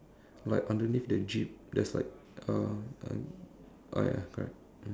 like underneath the jeep there's like uh ah ya correct mm